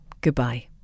goodbye